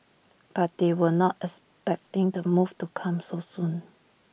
but they were not expecting the move to come so soon